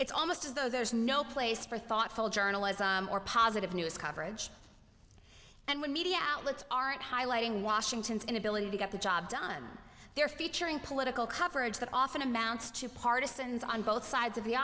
it's almost as though there's no place for thoughtful journalism or positive news coverage and when media outlets aren't highlighting washington's inability to get the job done they're featuring political coverage that often amounts to partisans on both sides of the